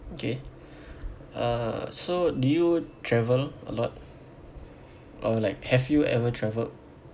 okay uh so do you travel a lot or like have you ever travelled